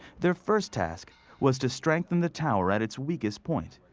their first task was to strengthen the tower at its weakest point,